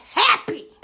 happy